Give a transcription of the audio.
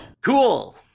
Cool